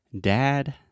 Dad